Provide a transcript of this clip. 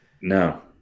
No